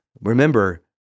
Remember